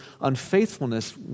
unfaithfulness